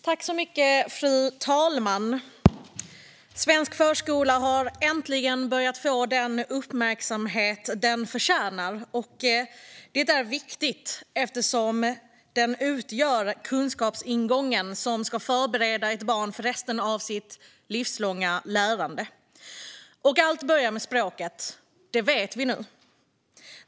Fru talman! Svensk förskola har äntligen börjat få den uppmärksamhet den förtjänar. Det är viktigt, eftersom den utgör den kunskapsingång som ska förbereda ett barn för resten av dess livslånga lärande. Allt börjar med språket; det vet vi nu.